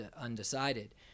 undecided